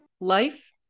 Life